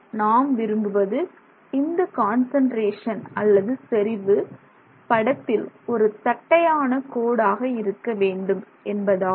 நாம் விரும்புவது இந்த கான்சன்ட்ரேஷன் அல்லது செறிவு படத்தில் ஒரு தட்டையான கோடாக இருக்க வேண்டும் என்பதாகும்